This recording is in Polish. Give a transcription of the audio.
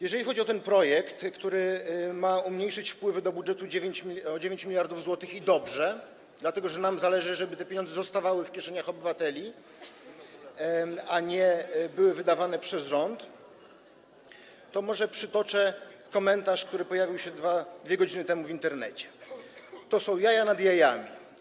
Jeżeli chodzi o ten projekt, który ma umniejszyć wpływy do budżetu o 9 mln zł - i dobrze, dlatego że nam zależy, żeby te pieniądze zostawały w kieszeniach obywateli, a nie były wydawane przez rząd - to może przytoczę komentarz, który pojawił się 2 godziny temu w Internecie: To są jaja nad jajami.